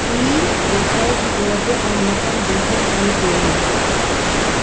ই দেশৰ ভিতৰতে অন্যতম বৃহৎ আৰু পুৰণি